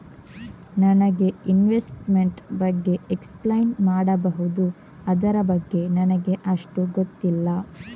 ನನಗೆ ಇನ್ವೆಸ್ಟ್ಮೆಂಟ್ ಬಗ್ಗೆ ಎಕ್ಸ್ಪ್ಲೈನ್ ಮಾಡಬಹುದು, ಅದರ ಬಗ್ಗೆ ನನಗೆ ಅಷ್ಟು ಗೊತ್ತಿಲ್ಲ?